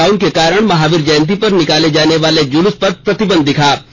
lockdown के कारण महावीर जयंती पर निकाले जाने वाले जुलूस पर प्रतिबंध दिखा